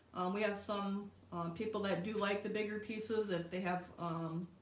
we have some people that do like the bigger pieces if they have um,